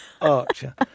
Archer